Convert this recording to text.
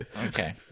Okay